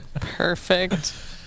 Perfect